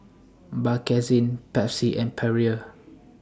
Bakerzin Pepsi and Perrier